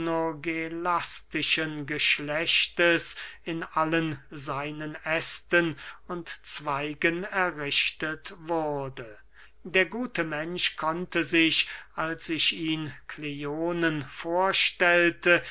onogelastischen geschlechtes in allen seinen ästen und zweigen errichtet wurde der gute mensch konnte sich als ich ihn kleonen vorstellte